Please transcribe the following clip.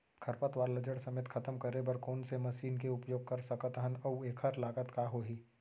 खरपतवार ला जड़ समेत खतम करे बर कोन से मशीन के उपयोग कर सकत हन अऊ एखर लागत का होही?